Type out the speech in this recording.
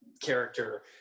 character